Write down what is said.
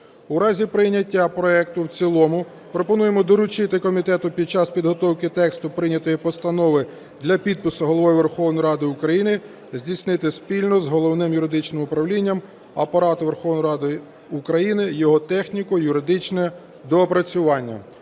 В разі прийняття проекту в цілому пропонуємо доручити комітету під час підготовки тексту прийнятої постанови для підпису Головою Верховної Ради України здійснити спільно з Головним юридичним управлінням Апарату Верховної Ради України його техніко-юридичне доопрацювання.